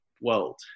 world